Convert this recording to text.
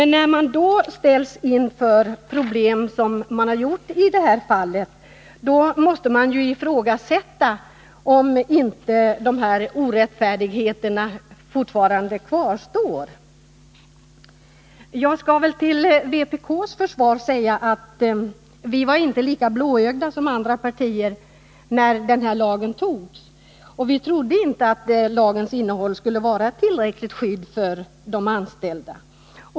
När man då ställs inför sådana problem som har förekommit i fallet Boda glasbruk, måste man dock ifrågasätta om inte dessa orättfärdigheter fortfarande kvarstår. Jag skall till vpk:s försvar säga att vi inte var lika blåögda som andra partier när denna lag antogs. Vi trodde inte att lagens innehåll skulle vara ett tillräckligt skydd för de anställda.